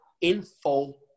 info